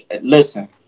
Listen